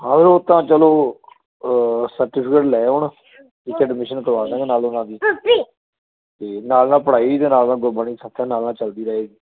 ਔਰ ਉਹ ਤਾਂ ਚਲੋ ਸਰਟੀਫਿਕੇਟ ਲੈ ਆਉਣ ਠੀਕ ਹੈ ਐਡਮਿਸ਼ਨ ਕਰਵਾ ਦਵਾਂਗੇ ਨਾਲ ਉਹਨਾਂ ਦੀ ਅਤੇ ਨਾਲ ਨਾਲ ਪੜ੍ਹਾਈ ਅਤੇ ਨਾਲ ਨਾਲ ਗੁਰਬਾਣੀ ਸੰਥਿਆ ਨਾਲ ਨਾਲ ਚੱਲਦੀ ਰਹੇਗੀ